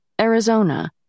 Arizona